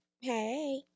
Hey